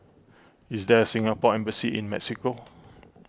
is there a Singapore Embassy in Mexico